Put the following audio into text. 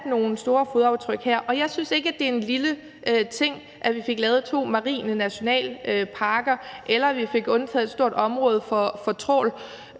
nogle store fodaftryk her. Jeg synes ikke, det er en lille ting, at vi fik lavet to marine nationalparker, eller at vi fik undtaget et stort område for trawl,